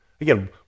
Again